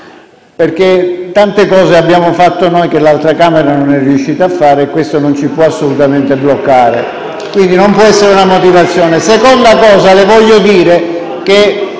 perché tante cose abbiamo fatto noi che l'altra Camera non è riuscita a fare e questo non ci può assolutamente bloccare, quindi questa non può essere una motivazione. *(Applausi dal Gruppo